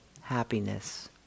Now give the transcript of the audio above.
happiness